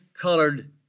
colored